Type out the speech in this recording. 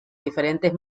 diferentes